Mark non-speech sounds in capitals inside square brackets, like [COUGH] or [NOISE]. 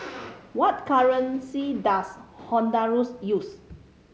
[NOISE] what currency does Honduras use